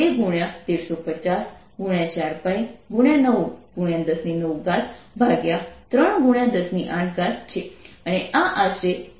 અને આ આશરે 103 Vmજેટલું બહાર આવે છે અને તે જવાબ છે